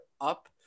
up